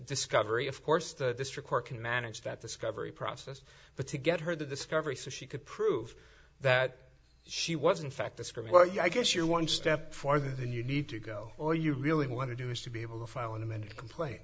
discovery of course the district court can manage that discovery process but to get her to discovery so she could prove that she was in fact this criminal yeah i guess you're one step farther then you need to go or you really want to do is to be able to file an amended complaint